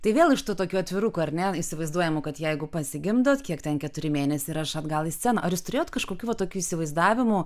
tai vėl iš tokių atvirukų ar ne įsivaizduojama kad jeigu pasigimdot kiek ten keturi mėnesiai ir aš atgal į sceną ar jūs turėjot kažkokių vat tokių įsivaizdavimų